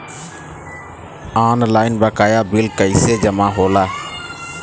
Online बकाया bill कैसे जमा होला?